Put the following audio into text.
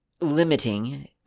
limiting